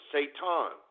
Satan